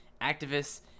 activists